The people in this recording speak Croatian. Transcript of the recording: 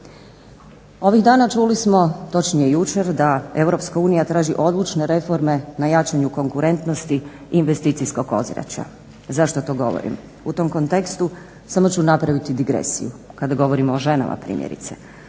Ovih dana čuli smo, točnije jučer, da EU traži odlučne reforme na jačanju konkurentnosti investicijskog ozračja. Zašto to govorim? U tom kontekstu samo ću napraviti digresiju kada govorimo o ženama primjerice.